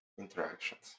interactions